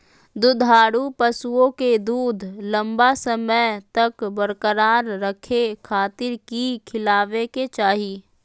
दुधारू पशुओं के दूध लंबा समय तक बरकरार रखे खातिर की खिलावे के चाही?